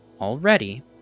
already